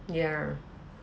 ya